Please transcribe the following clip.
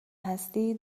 هستی